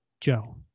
Joe